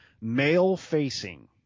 male-facing –